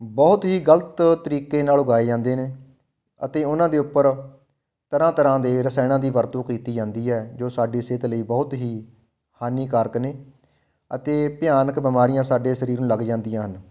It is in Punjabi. ਬਹੁਤ ਹੀ ਗ਼ਲਤ ਤਰੀਕੇ ਨਾਲ਼ ਉਗਾਏ ਜਾਂਦੇ ਨੇ ਅਤੇ ਉਹਨਾਂ ਦੇ ਉੱਪਰ ਤਰ੍ਹਾਂ ਤਰ੍ਹਾਂ ਦੇ ਰਸਾਇਣਾਂ ਦੀ ਵਰਤੋਂ ਕੀਤੀ ਜਾਂਦੀ ਹੈ ਜੋ ਸਾਡੀ ਸਿਹਤ ਲਈ ਬਹੁਤ ਹੀ ਹਾਨੀਕਾਰਕ ਨੇ ਅਤੇ ਭਿਆਨਕ ਬਿਮਾਰੀਆਂ ਸਾਡੇ ਸਰੀਰ ਨੂੰ ਲੱਗ ਜਾਂਦੀਆਂ ਹਨ